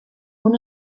una